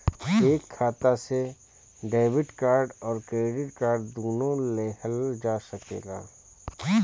एक खाता से डेबिट कार्ड और क्रेडिट कार्ड दुनु लेहल जा सकेला?